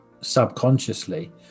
subconsciously